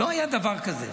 לא היה דבר כזה.